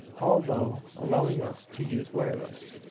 although allowing us to use wireless,